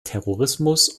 terrorismus